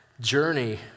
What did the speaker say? journey